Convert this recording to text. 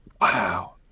wow